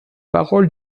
paroles